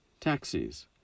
Taxis